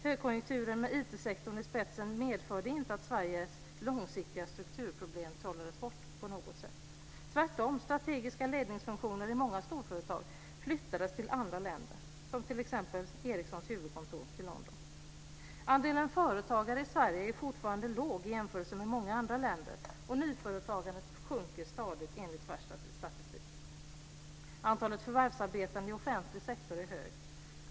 Högkonjunkturen, med IT-sektorn i spetsen, medförde inte att Sveriges långsiktiga strukturproblem på något sätt trollades bort - tvärtom. Strategiska ledningsfunktioner i många storföretag flyttades till andra länder, t.ex. Ericssons huvudkontor till London. Andelen företagare i Sverige är fortfarande låg i jämförelse med hur det är i många andra länder, och nyföretagandet sjunker stadigt enligt färsk statistik. Antalet förvärvsarbetande i offentlig sektor är stort.